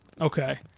Okay